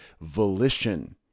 volition